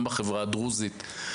גם בחברה הדרוזית,